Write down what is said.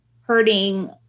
hurting